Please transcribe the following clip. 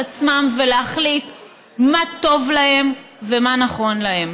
עצמם ולהחליט מה טוב להם ומה נכון להם.